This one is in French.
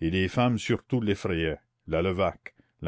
et les femmes surtout l'effrayaient la levaque